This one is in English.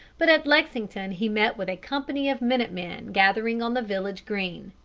but at lexington he met with a company of minute-men gathering on the village green.